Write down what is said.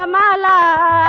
um la la